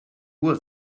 uhr